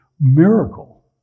miracle